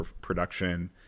production